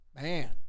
man